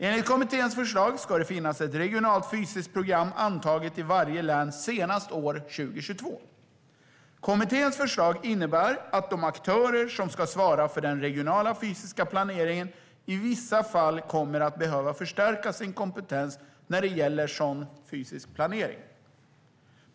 Enligt kommitténs förslag ska det finnas ett regionalt fysiskt program antaget i varje län senast år 2022. Kommitténs förslag innebär att de aktörer som ska svara för den regionala fysiska planeringen i vissa fall kommer att behöva förstärka sin kompetens när det gäller sådan fysisk planering.